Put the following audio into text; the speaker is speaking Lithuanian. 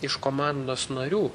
iš komandos narių